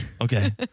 Okay